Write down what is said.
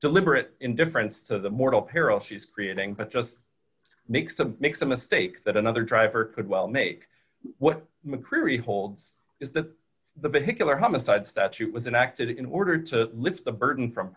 deliberate indifference to the mortal peril she's creating but just makes a makes a mistake that another driver could well make what mcqueary holds is that the vehicular homicide statute was an acted in order to lift the burden from